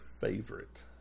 favorite